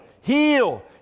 heal